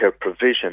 provision